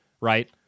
right